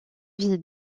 vie